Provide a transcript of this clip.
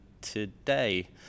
today